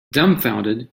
dumbfounded